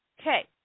Okay